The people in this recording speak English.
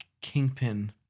Kingpin